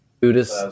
buddhist